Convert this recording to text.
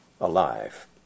alive